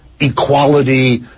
equality